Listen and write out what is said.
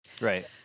right